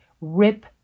rip